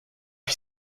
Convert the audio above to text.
ich